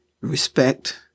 respect